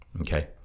Okay